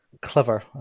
clever